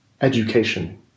education